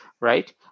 right